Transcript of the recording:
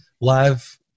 live